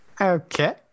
Okay